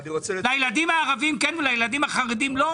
לילדים הערבים כן ולילדים החרדים לא?